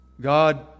God